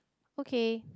okay